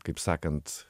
kaip sakant